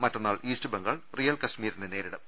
മറ്റന്നാൾ East Bengal Real കശ്മീരിനെ നേരിടും